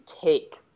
take